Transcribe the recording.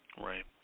Right